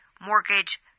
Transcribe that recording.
mortgage